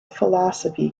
philosophy